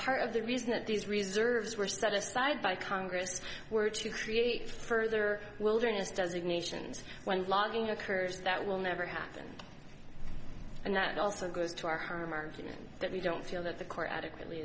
part of the reason that these reserves were set aside by congress were to create further wilderness designations when logging occurs that will never happen and that also goes to our home argument that we don't feel that the corps adequately